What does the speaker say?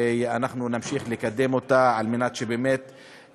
ואנחנו נמשיך לקדם אותה על מנת שהיא